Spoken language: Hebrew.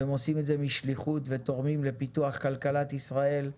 והם עושים את זה משליחות ותורמים לפיתוח כלכלת ישראל.